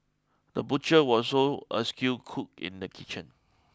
the butcher was also a skilled cook in the kitchen